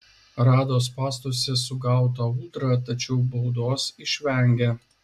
rado spąstuose sugautą ūdrą tačiau baudos išvengė